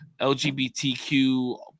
LGBTQ